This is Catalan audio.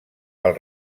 pel